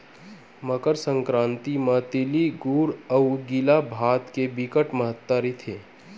मकर संकरांति म तिली गुर अउ गिला भात के बिकट महत्ता रहिथे